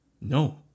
no